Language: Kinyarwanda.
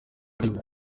ariwo